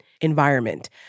environment